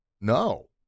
No